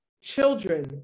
children